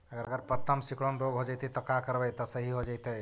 अगर पत्ता में सिकुड़न रोग हो जैतै त का करबै त सहि हो जैतै?